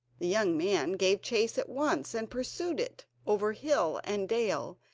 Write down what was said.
the young man gave chase at once, and pursued it over hill and dale,